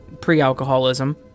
pre-alcoholism